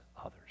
others